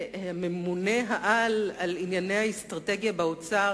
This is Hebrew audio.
וממונה-העל על ענייני האסטרטגיה באוצר,